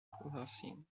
housing